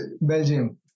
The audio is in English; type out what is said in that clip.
Belgium